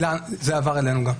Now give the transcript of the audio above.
זה גם עבר אלינו.